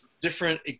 different